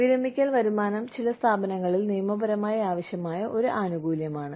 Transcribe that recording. വിരമിക്കൽ വരുമാനം ചില സ്ഥാപനങ്ങളിൽ നിയമപരമായി ആവശ്യമായ ഒരു ആനുകൂല്യമാണ്